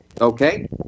Okay